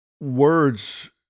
words